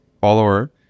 follower